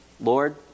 Lord